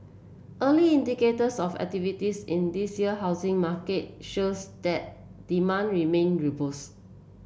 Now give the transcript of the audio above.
early indicators of activities in this year housing market shows that demand remain robust